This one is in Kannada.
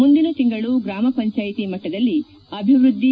ಮುಂದಿನ ತಿಂಗಳು ಗ್ರಾಮ ಪಂಚಾಯಿತಿ ಮಟ್ಟದಲ್ಲಿ ಅಭಿವ್ವದ್ಲಿ